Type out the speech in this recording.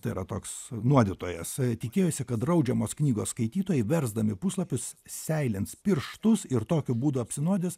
tai yra toks nuodytojas tikėjosi kad draudžiamos knygos skaitytojai versdami puslapius seilins pirštus ir tokiu būdu apsinuodys